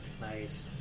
Nice